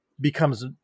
becomes